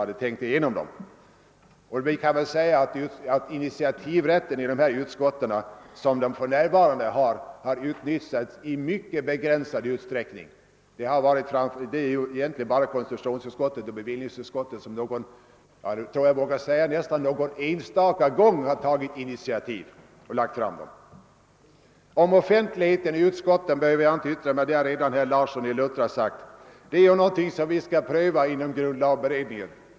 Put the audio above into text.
De utskott som för närvarande har denna initiativrätt har utnyttjat den i mycket begränsad utsträckning. Bevillningsutskottet och konstitutionsutskottet har bara någon enstaka gång självständigt tagit initiativ och lagt fram sina förslag inför kamrarna. Om offentligheten i utskotten behöver jag inte yttra mig; det har redan herr Larsson i Luttra gjort. Det är också en fråga som skall prövas inom grundlagberedningen.